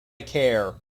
care